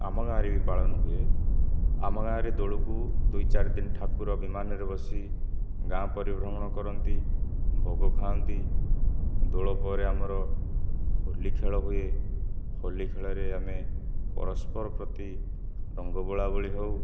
ଆମ ଗାଁରେ ବି ପାଳନ ହୁଏ ଆମ ଗାଁରେ ଦୋଳକୁ ଦୁଇ ଚାରି ଦିନ ଠାକୁର ବିମାନରେ ବସି ଗାଁ ପରିଭ୍ରମଣ କରନ୍ତି ଭୋଗ ଖାଆନ୍ତି ଦୋଳ ପରେ ଆମର ହୋଲି ଖେଳ ହୁଏ ହୋଲି ଖେଳରେ ଆମେ ପରସ୍ପର ପ୍ରତି ରଙ୍ଗ ବୋଳା ବୋଳି ହେଉ